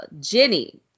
jenny